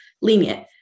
lenient